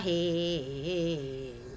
Hey